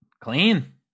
clean